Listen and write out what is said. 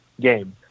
game